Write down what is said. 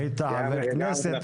היית חבר כנסת,